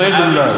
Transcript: אתה צודק,